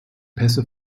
pässe